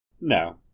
No